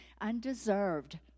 undeserved